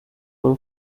paul